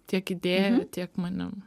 tiek idėjų tiek manim